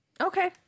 Okay